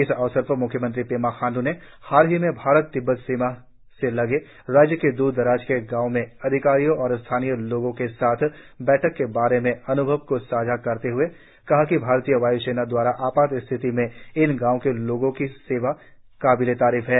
इस अवसर पर म्ख्यमंत्री पेमा खाण्ड् ने हाल ही में भारत तिब्बत सीमा से लगे राज्य के दूर दराज के गांवो में अधिकारियों और स्थानीय लोगों के साथ बैठक के बारे में अन्भव को साझा करते हए कहा कि भारतीय वाय् सेना द्वारा आपात स्थिति में इन गांवों के लोगों की सेवा काबिले तारीफ है